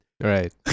Right